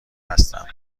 هستم